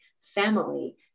family